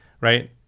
right